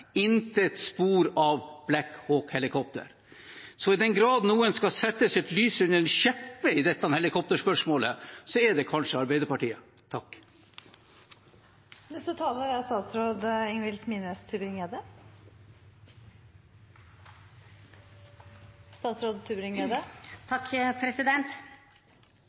intet spor av Black Hawk-helikoptre. I den grad noen skal sette sitt lys under en skjeppe i dette helikopterspørsmålet, er det kanskje Arbeiderpartiet.